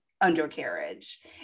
undercarriage